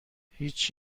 هیچ